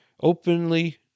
openly